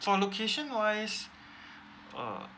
for location wise err